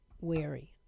wary